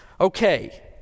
Okay